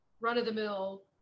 run-of-the-mill